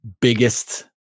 biggest